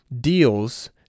Deals